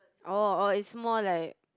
orh orh is more like